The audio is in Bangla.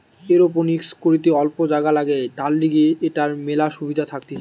এরওপনিক্স করিতে অল্প জাগা লাগে, তার লিগে এটার মেলা সুবিধা থাকতিছে